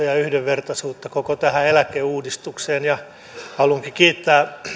ja yhdenvertaisuutta koko tähän eläkeuudistukseen haluankin kiittää